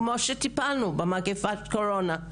כמו שטיפלנו במגפת הקורונה.